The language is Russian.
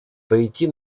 пойти